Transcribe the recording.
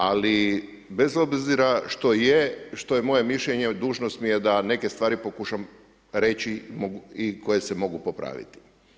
Ali bez obzira što je, što je moje mišljenje, dužnost mi je da neke stvari pokušam reći i koje se mogu popraviti.